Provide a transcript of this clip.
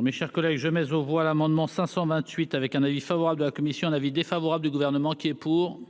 Mes chers collègues, je mais aux voix l'amendement 528 avec un avis favorable de la commission d'avis défavorable du gouvernement qui est pour.